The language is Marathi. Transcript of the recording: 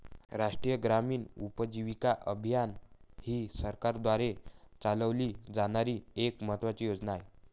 राष्ट्रीय ग्रामीण उपजीविका अभियान ही सरकारद्वारे चालवली जाणारी एक महत्त्वाची योजना आहे